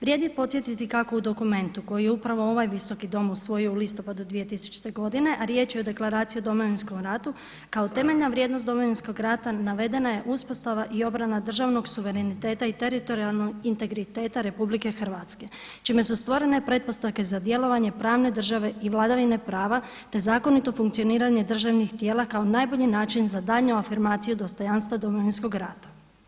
Vrijedi podsjetiti kako u dokumentu koji je upravo ovaj Visoki dom usvojio u listopadu 2000. godine, a riječ je o Deklaraciji o Domovinskom ratu kao temeljna vrijednost Domovinskog rata navedena je uspostava i obrana državnog suvereniteta i teritorijalnog integriteta Republike Hrvatske čime su stvorene pretpostavke za djelovanje pravne države i vladavine prava, te zakonito funkcioniranje državnih tijela kao najbolji način za daljnju afirmaciju dostojanstva Domovinskog rata.